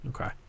Okay